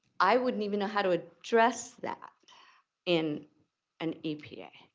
i wouldn't even know how to address that in an eap.